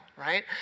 right